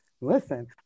listen